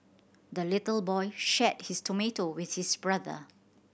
the little boy shared his tomato with his brother